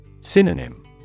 Synonym